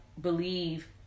believe